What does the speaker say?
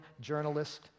journalist